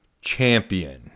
champion